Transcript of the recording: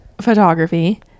Photography